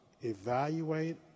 evaluate